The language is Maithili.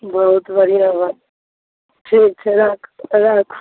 बहुत बढ़िआँ बात ठीक छै राख राखु